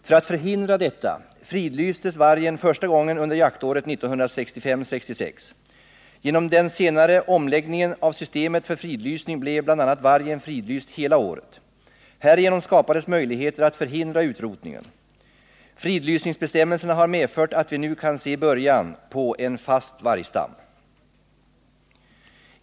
För att förhindra detta fridlystes vargen första gången under jaktåret 1965/66. Genom den senare omläggningen av systemet för fridlysning blev bl.a. vargen fridlyst hela året. Härigenom skapades möjligheter att förhindra utrotningen. Fridlysningsbestämmelserna har medfört att vi nu kan se början på en fast vargstam.